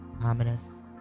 ominous